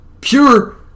Pure